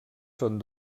són